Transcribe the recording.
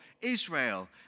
Israel